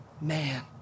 man